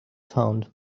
found